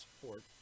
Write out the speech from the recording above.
support